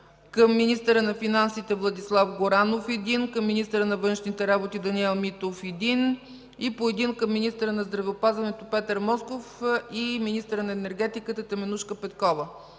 към министъра на финансите Владислав Горанов, към министъра на външните работи Даниел Митов, към министъра на здравеопазването Петър Москов, и към министъра на енергетиката Теменужка Петкова;